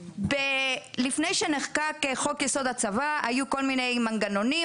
לפני שנחקק חוק-יסוד: הצבא היו כל מיני מנגנונים,